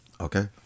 Okay